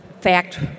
fact